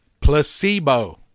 Placebo